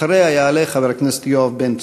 אחריה יעלה חבר הכנסת יואב בן צור.